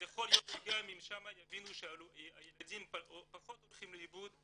אז יכול להיות שאם שם יבינו שהילדים פחות הולכים לאיבוד,